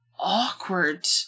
awkward